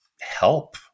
help